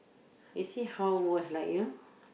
you see how was like you know